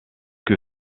que